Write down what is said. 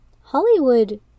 Hollywood